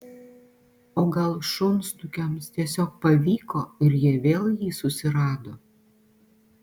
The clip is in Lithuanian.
o gal šunsnukiams tiesiog pavyko ir jie vėl jį susirado